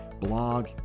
blog